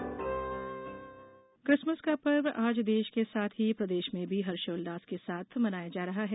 Christmas Christmas का पर्व आज देश के साथ ही प्रदेश में भी हर्षोल्लास के साथ मनाया जा रहा है